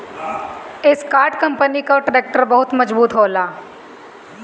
Escort company कअ tractor बहुते मजबूत होला